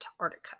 Antarctica